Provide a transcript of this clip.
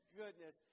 goodness